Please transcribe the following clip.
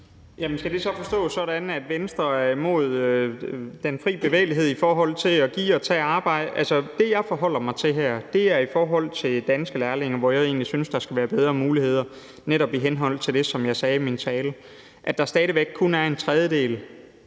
Skal det forstås sådan, at Venstre er imod den fri bevægelighed i forhold til at give og tage arbejde? Altså, det, jeg forholder mig til her, er det med de danske lærlinge, hvor jeg egentlig synes, at der skal være bedre muligheder netop i henhold til det, som jeg sagde i min tale om, at der stadig væk kun er en tredjedel